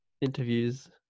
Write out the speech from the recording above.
interviews